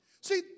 See